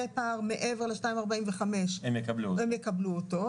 פער מעבר ל-2.45% - הם יקבלו אותו,